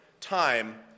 time